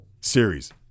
series